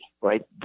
right